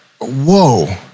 Whoa